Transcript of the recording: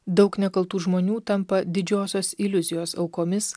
daug nekaltų žmonių tampa didžiosios iliuzijos aukomis